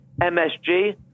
MSG